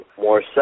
more